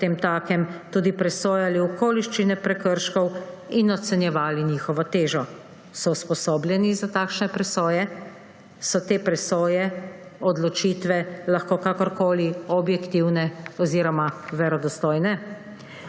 potemtakem tudi presojali okoliščine prekrškov in ocenjevali njihovo težo. So usposobljeni za takšne presoje? So te presoje, odločitve kakorkoli lahko objektivne oziroma verodostojne?